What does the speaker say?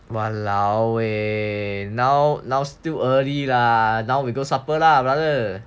!walao! eh now now still early lah now we go supper lah brother